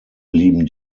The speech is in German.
blieben